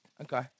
Okay